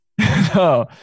No